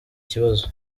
kibazo